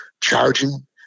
charging